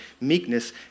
Meekness